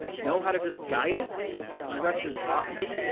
know how to just guide it, and the rest is, ah, anyway.